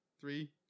Three